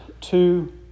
two